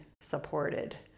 supported